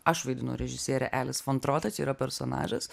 aš vaidinu režisierę elis fon trotą čia yra personažas